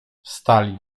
wstali